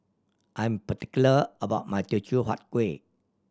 I am particular about my Teochew Huat Kuih